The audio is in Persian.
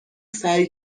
سعی